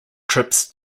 trips